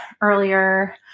earlier